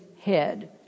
head